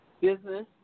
business